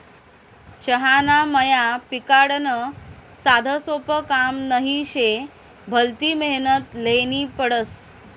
चहाना मया पिकाडनं साधंसोपं काम नही शे, भलती मेहनत ल्हेनी पडस